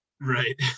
right